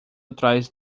atrás